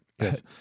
Yes